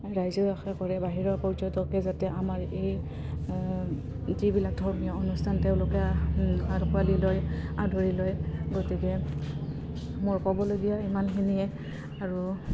ৰাইজে আশা কৰে বাহিৰৰ পৰ্যটকে যাতে আমাৰ এই যিবিলাক ধৰ্মীয় অনুষ্ঠান তেওঁলোকে আঁকোৱালী লয় আদৰি লয় গতিকে মোৰ ক'বলগীয়া ইমানখিনিয়ে আৰু